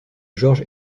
george